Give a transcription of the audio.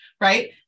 right